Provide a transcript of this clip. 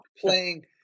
Playing